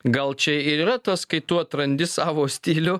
gal čia ir yra tas kai tu atrandi savo stilių